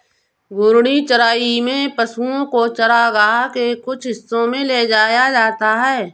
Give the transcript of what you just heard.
घूर्णी चराई में पशुओ को चरगाह के कुछ हिस्सों में ले जाया जाता है